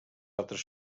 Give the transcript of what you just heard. altres